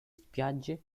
spiagge